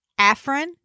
Afrin